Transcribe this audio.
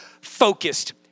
focused